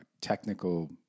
technical